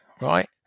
right